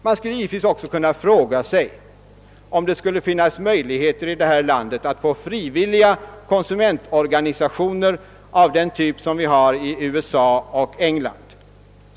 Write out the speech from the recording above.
Man skulle givetvis också kunna fråga sig, om vi inte bör söka få till stånd frivilliga konsumentorganisationer av den typ som finns i USA och England.